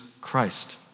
Christ